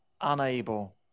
unable